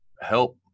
help